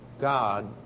God